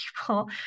people